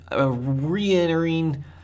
re-entering